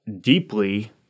deeply